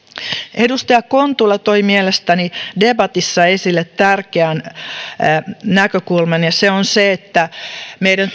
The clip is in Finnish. edustaja kontula toi mielestäni debatissa esille tärkeän näkökulman ja se on se että meidän